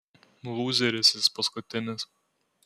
lūzeris jis paskutinis